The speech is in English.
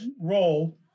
role